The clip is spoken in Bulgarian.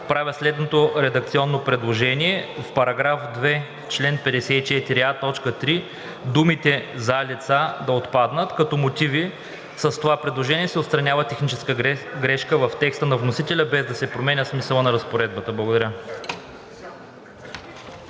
правя следното редакционно предложение: в § 2, в чл. 54а, т. 3 думите „за лица“ да отпаднат, като мотиви – с това предложение се отстранява техническа грешка в текста на вносителя, без да се променя смисълът на разпоредбата. Благодаря.